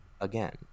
again